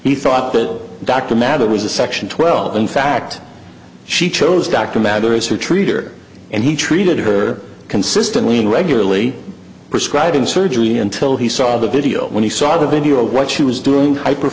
he thought that dr mather was a section twelve in fact she chose dr mathers who treat her and he treated her consistently regularly prescribing surgery until he saw the video when he saw the video of what she was doing hyper